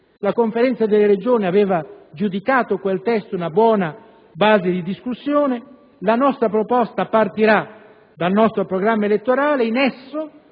La Conferenza delle Regioni aveva giudicato quel testo una buona base di discussione. La nostra proposta partirà dal nostro programma elettorale. In esso